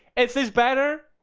is this better?